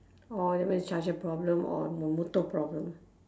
orh that means charger problem or motor problem